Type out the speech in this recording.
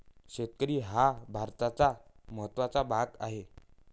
शेतकरी हा भारताचा महत्त्वाचा भाग आहे